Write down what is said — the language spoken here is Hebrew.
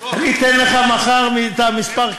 אני אתן לך מחר את המספר,